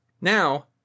now